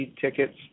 tickets